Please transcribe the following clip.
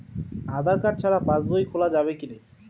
আধার card ছাড়া পাশবই খোলা যাবে কি?